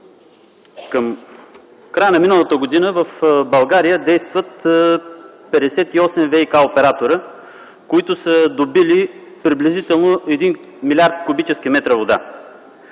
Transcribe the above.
Към края на миналата година в България действат 58 ВиК оператора, които са добили приблизително 1 млрд. куб. м вода.